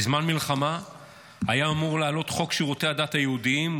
בזמן מלחמה היה אמור לעלות חוק שירותי הדת היהודיים,